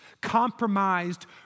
compromised